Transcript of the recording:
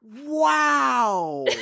Wow